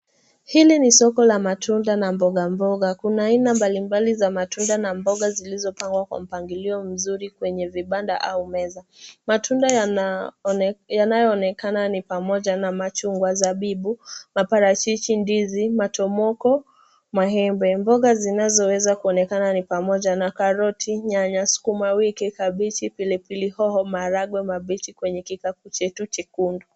Hili ni soko la matunda na mbogamboga. Kuna aina mbalimbali za matunda na mboga zilizopangwa kwa mpangilio mzuri kwenye vibanda au meza. Matunda yanayoonekana ni pamoja na machungwa, zabibu, maparachichi, ndizi, matomoko, maembe. Mboga zinazoweza kuonekana ni pamoja na karoti, nyanya, sukumawiki, kabiji, pilipili hoho, maharagwe mabichi kwenye kikapu chetu chekundu.